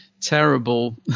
terrible